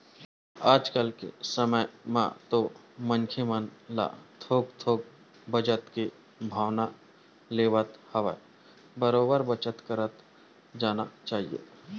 आज के समे म तो मनखे मन ल थोक थोक बचत के भावना लेवत होवय बरोबर बचत करत जाना चाही